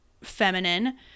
feminine